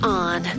on